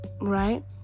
right